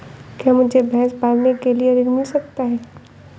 क्या मुझे भैंस पालने के लिए ऋण मिल सकता है?